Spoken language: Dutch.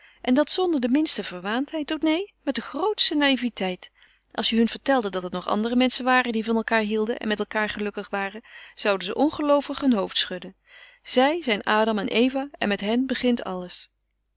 en dat zonder de minste verwaandheid o neen met de grootste naïveteit als je hun vertelde dat er nog andere menschen waren die van elkaâr hielden en met elkaâr gelukkig waren zouden ze ongeloovig hun hoofd schudden zij zijn adam en eva en met hen begint alles